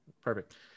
Perfect